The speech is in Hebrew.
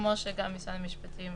כמו שגם משרד המשפטים